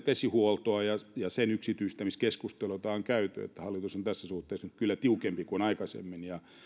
vesihuoltoa sen yksityistämiskeskustelua täällä on käyty ja hallitus on tässä suhteessa kyllä tiukempi nyt kuin aikaisemmin ja